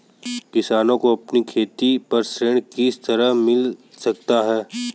किसानों को अपनी खेती पर ऋण किस तरह मिल सकता है?